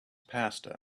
passed